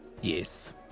Yes